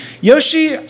Yoshi